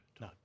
No